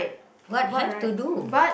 what have to do